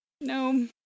No